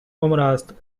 عمرست